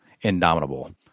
indomitable